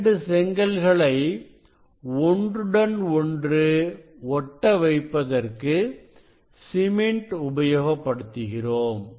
2 செங்கல்களை ஒன்றுடன் ஒன்று ஒட்ட வைப்பதற்கு சிமெண்ட் உபயோகப்படுத்துகிறோம்